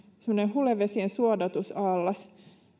semmoinen hulevesien suodatusallas